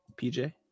PJ